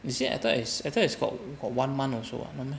is it I thought is I thought is got one month also ah not meh